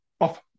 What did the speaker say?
off